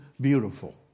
beautiful